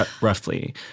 roughly